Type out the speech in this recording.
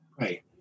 Right